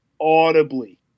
audibly